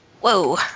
Whoa